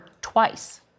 twice